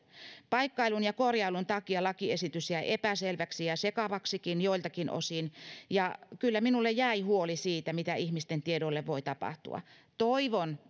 paikkailun ja korjailun takia lakiesitys jäi epäselväksi ja sekavaksikin joiltakin osin ja kyllä minulle jäi huoli siitä mitä ihmisten tiedoille voi tapahtua toivon